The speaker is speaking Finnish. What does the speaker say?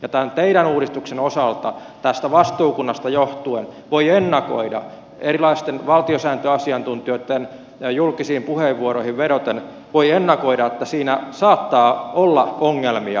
tämän teidän uudistuksenne osalta tästä vastuukunnasta johtuen voi ennakoida erilaisten valtiosääntöasiantuntijoitten julkisiin puheenvuoroihin vedoten että tässä teidän vastuukuntamallissanne saattaa olla ongelmia